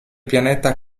pianeta